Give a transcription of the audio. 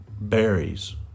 berries